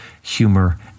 humor